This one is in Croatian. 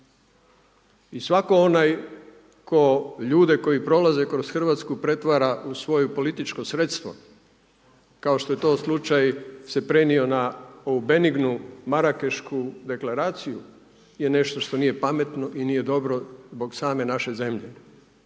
I svatko onaj tko ljude koji prolaze u Hrvatsku pretvara u svoje političko sredstvo kao što je to slučaj se prenio na ovu benignu Marakešku deklaraciju je nešto što nije pametno i nije dobro zbog same naše zemlje.